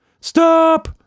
Stop